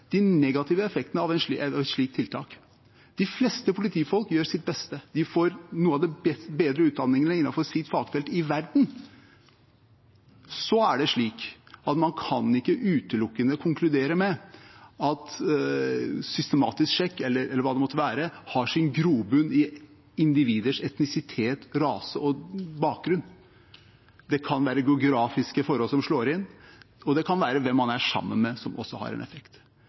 de negative effektene av et slikt tiltak. De fleste politifolk gjør sitt beste. De får noe av de bedre utdanningene innenfor sitt fagfelt i verden. Så er det slik at man ikke utelukkende kan konkludere med at systematisk sjekk eller hva det måtte være, har sin grobunn i individers etnisitet, rase og bakgrunn. Det kan være geografiske forhold som slår inn, og hvem man er sammen med, kan også ha en effekt.